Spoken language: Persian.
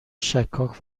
شکاک